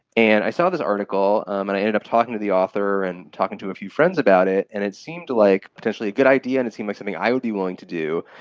and i saw this article and i ended up talking to the author and talking to a few friends about it, and it seemed like potentially a good idea and it seemed like something i would be willing to do.